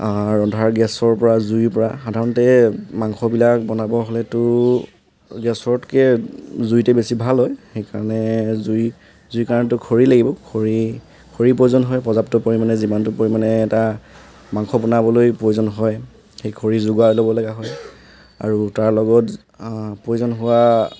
ৰন্ধাৰ গেছৰ পৰা জুইৰ পৰা সধাৰণতে মাংসবিলাক বনাব হ'লেটো গেছতকৈ জুইতে বেছি ভাল হয় সেইকাৰণে জুই জুই কাৰণেটো খৰি লাগিব খৰি খৰি প্ৰয়োজন হয় পৰ্যাপ্ত পৰিমাণে যিমানটো পৰিমাণে এটা মাংস বনাবলৈ প্ৰয়োজন হয় সেই খৰি যোগাৰ ল'ব লগা হয় আৰু তাৰ লগত প্ৰয়োজন হোৱা